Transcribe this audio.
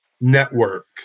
network